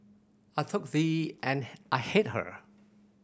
I took the and I hit her